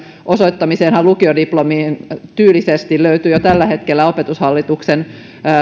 osoittamiseenhan lukiodiplomin tyylisesti löytyy jo tällä hetkellä opetushallituksen